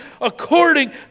according